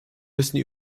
müssen